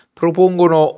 propongono